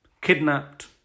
kidnapped